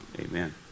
Amen